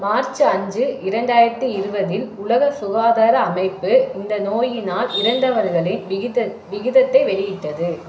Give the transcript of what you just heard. March அஞ்சு இரண்டாயிரத்தி இருபதில் உலக சுகாதார அமைப்பு இந்த நோய்னால் இறந்தவர்களின் விகிதத்தை வெளியிட்டது